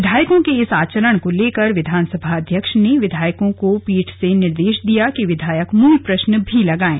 विधायकों के इस आचरण को लेकर विधानसभा अध्यक्ष ने विधायकों को पीठ से निर्देश दिया कि विधायक मूल प्रश्न भी लगाएं